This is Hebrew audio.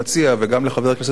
וגם לחבר הכנסת מולה,